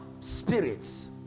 spirits